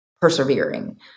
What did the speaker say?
persevering